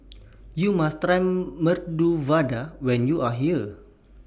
YOU must Try Medu Vada when YOU Are here